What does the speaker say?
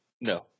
no